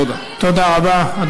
תודה רבה.